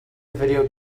video